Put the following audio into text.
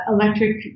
electric